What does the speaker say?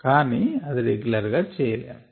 కానీ అది రెగ్యులర్ గా చేయలేము